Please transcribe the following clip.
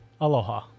Aloha